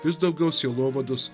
vis daugiau sielovados